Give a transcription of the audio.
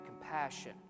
compassion